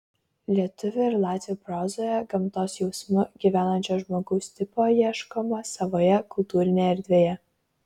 lietuvių ir latvių prozoje gamtos jausmu gyvenančio žmogaus tipo ieškoma savoje kultūrinėje erdvėje